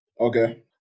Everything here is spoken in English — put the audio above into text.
Okay